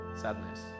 Sadness